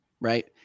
right